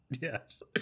Yes